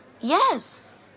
Yes